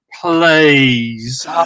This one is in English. please